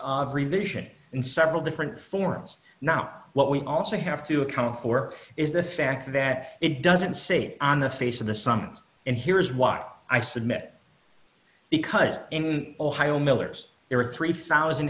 of revision in several different forms now what we also have to account for is the fact that it doesn't say on the face of the summons and here is what i submit because in ohio miller's there are three thousand